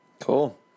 Cool